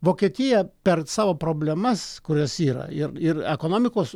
vokietiją per savo problemas kurias yra ir ir ekonomikos